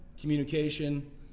communication